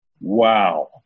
Wow